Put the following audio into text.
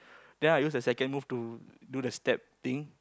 then I use the second move to do the step thing